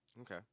Okay